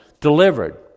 delivered